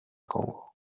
congo